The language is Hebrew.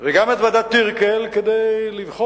וגם את ועדת-טירקל, כדי לבחון